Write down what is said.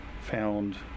found